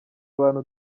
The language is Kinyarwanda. abantu